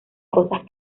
cosas